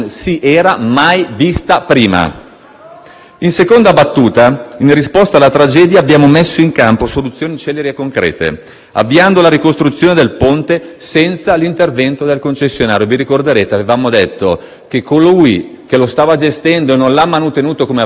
In seconda battuta, in risposta alla tragedia, abbiamo messo in campo soluzioni celeri e concrete, avviando la ricostruzione del ponte senza l'intervento del concessionario. Vi ricorderete che avevamo detto che colui che lo stava gestendo, e non lo aveva manutenuto come avrebbe dovuto, non l'avrebbe mai ricostruito,